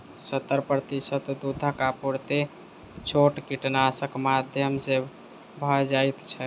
सत्तर प्रतिशत दूधक आपूर्ति छोट किसानक माध्यम सॅ भ जाइत छै